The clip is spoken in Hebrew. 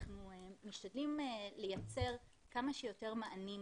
אנחנו משתדלים לייצר כמה שיותר מענים,